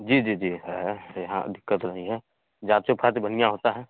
जी जी जी है यहाँ दिक़्क़त नहीं है जाँच फाँच बढ़िया होती है